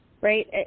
right